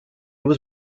was